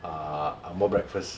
uh ang moh breakfast